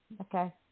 Okay